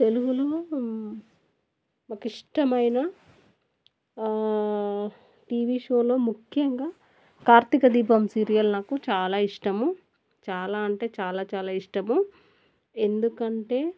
తెలుగులో మాకు ఇష్టమైన టీవీ షోలో ముఖ్యంగా కార్తిక దీపం సీరియల్ నాకు చాలా ఇష్టము చాలా అంటే చాలా చాలా ఇష్టము ఎందుకంటే